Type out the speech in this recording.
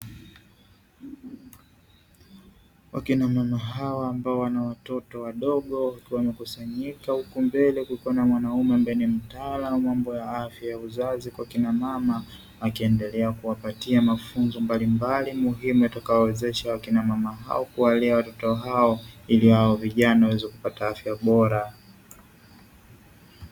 Wakina mama hawa ambao wana watoto wadogo wamekusanyika huku mbele kuna mwanaume ambaye ni mtaalamu mambo ya afya ya uzazi kwa kina mama, akiendelea kuwapatia mafunzo mbalimbali muhimu yatakayowezesha wakina mama hao kuwalea watoto hao ili wao vijana waweze kupata afya bora.